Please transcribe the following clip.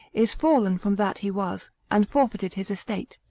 is fallen from that he was, and forfeited his estate,